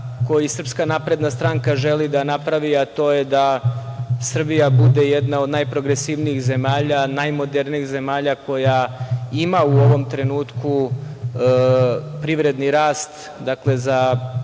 koji SNS želi da napravi, a to je da Srbija bude jedna od najprogresivnijih zemalja, najmodernijih zemalja, koja ima u ovom trenutku privredni rast, dakle za